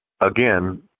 again